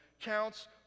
counts